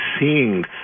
seeing